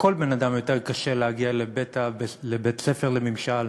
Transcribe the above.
לכל בן-אדם יותר קשה להגיע לבית-הספר לממשל